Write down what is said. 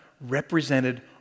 represented